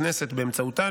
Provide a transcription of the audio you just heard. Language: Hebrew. והכנסת באמצעותה,